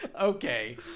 okay